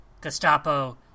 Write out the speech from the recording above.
Gestapo